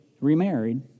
remarried